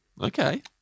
Okay